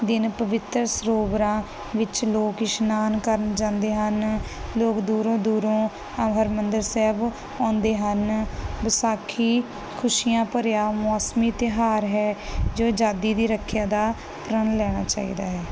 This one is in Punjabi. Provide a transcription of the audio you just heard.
ਦਿਨ ਪਵਿੱਤਰ ਸਰੋਵਰਾਂ ਵਿੱਚ ਲੋਕ ਇਸ਼ਨਾਨ ਕਰਨ ਜਾਂਦੇ ਹਨ ਲੋਕ ਦੂਰੋਂ ਦੂਰੋਂ ਹਰਿਮੰਦਰ ਸਾਹਿਬ ਆਉਂਦੇ ਹਨ ਵਿਸਾਖੀ ਖੁਸ਼ੀਆਂ ਭਰਿਆ ਮੌਸਮੀ ਤਿਉਹਾਰ ਹੈ ਜੋ ਆਜ਼ਾਦੀ ਦੀ ਰੱਖਿਆ ਦਾ ਪ੍ਰਣ ਲੈਣਾ ਚਾਹੀਦਾ ਹੈ